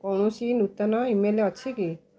କୌଣସି ନୂତନ ଇମେଲ୍ ଅଛି କି